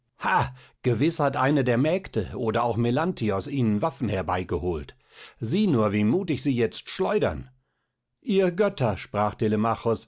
gewiß hat eine der mägde oder auch melanthios ihnen waffen herbeigeholt sieh nur wie mutig sie jetzt schleudern ihr götter sprach